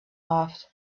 laughed